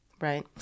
right